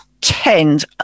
tend